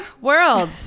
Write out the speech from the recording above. world